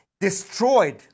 destroyed